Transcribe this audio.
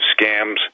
scams